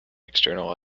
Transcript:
external